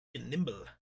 Nimble